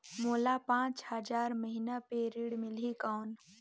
मोला पांच हजार महीना पे ऋण मिलही कौन?